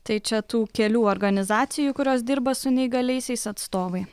tai čia tų kelių organizacijų kurios dirba su neįgaliaisiais atstovai